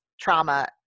trauma